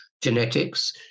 Genetics